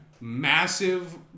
massive